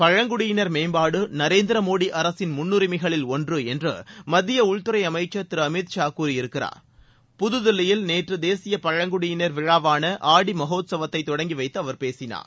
பழங்குடியினர் மேம்பாடு நரேந்திர மோடி அரசின் முன்னுரிமைகளில் ஒன்று என்று மத்திய உள்துறை அமைச்சர் திரு அமித் ஷா கூறியிருக்கிறார் புதுதில்லியில் நேற்று தேசிய பழங்குடியினர் விழாவான ஆடி மகோத்கவத்தை தொடங்கி வைத்து அவர் பேசினார்